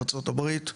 ארצות הברית,